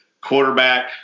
quarterback